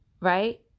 Right